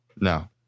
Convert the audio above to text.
no